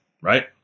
Right